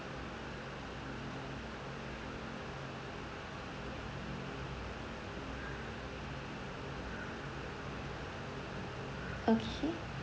okay